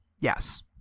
Yes